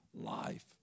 life